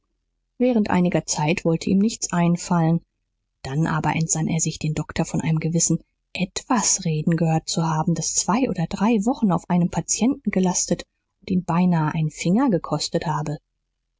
während einiger zeit wollte ihm nichts einfallen dann aber entsann er sich den doktor von einem gewissen etwas reden gehört zu haben das zwei oder drei wochen auf einem patienten gelastet und ihn beinahe einen finger gekostet habe